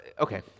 Okay